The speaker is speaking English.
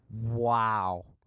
wow